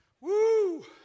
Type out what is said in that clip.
Woo